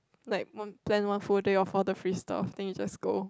like one plain one full day of father freestyle I think it just go